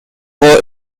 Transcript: were